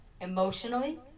emotionally